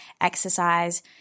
exercise